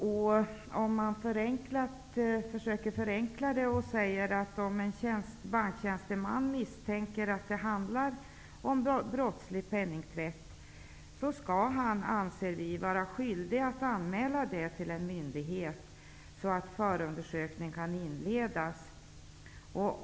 Förenklat kan man säga att förslaget gäller att om en banktjänsteman misstänker att ett visst agerande handlar om brottslig penningtvätt, skall han vara skyldig att anmäla det till en myndighet, så att förundersökning kan inledas.